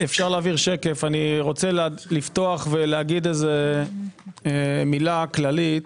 רוצה לפתוח ולומר מילה כללית.